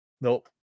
Nope